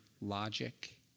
logic